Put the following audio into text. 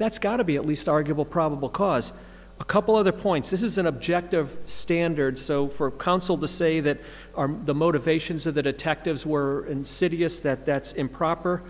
that's got to be at least arguable probable cause a couple other points this is an objective standard so for counsel to say that the motivations of the detectives were insidious that that's improper